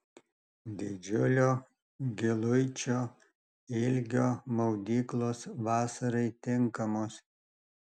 didžiulio giluičio ilgio maudyklos vasarai tinkamos